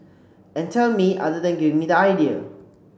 and tell me other than giving me the idea